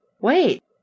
wait